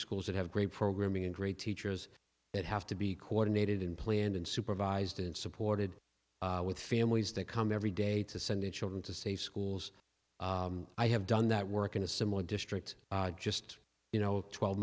schools that have great programming and great teachers that have to be coordinated and planned and supervised and supported with families that come every day to send their children to safe schools i have done that work in a similar district just you know twelve